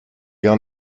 gar